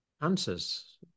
answers